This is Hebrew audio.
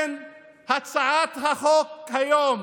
הצעת החוק היום